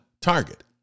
target